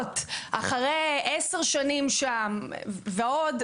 אחרי 10 שנים ועוד,